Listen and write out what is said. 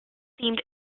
themed